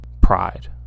pride